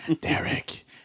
Derek